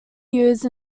used